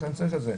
אני צריך את זה.